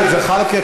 חבר הכנסת זחאלקה,